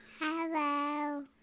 hello